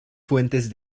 fuentes